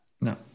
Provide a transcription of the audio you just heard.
no